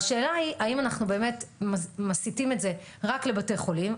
והשאלה היא האם אנחנו באמת מסיטים את זה רק לבתי חולים,